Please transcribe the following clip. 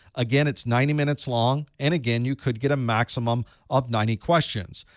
again, it's ninety minutes long. and, again, you could get a maximum of ninety questions.